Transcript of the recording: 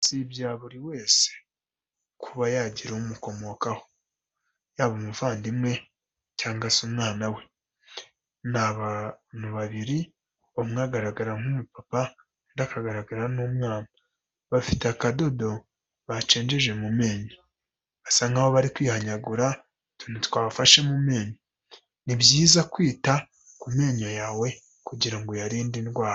Si ibya buri wese kuba yagira umukomokaho, yaba umuvandimwe cyangwa se umwana we. Ni abantu babiri umwe agaragara nk'umupapa undi akagaragara nk'umwana. Bafite akadodo bacengeje mu menyo. Basa nkaho barikwihanyagura utuntu twafashe mu menyo. Ni byiza kwita ku menyo yawe kugirango uyarinde indwara.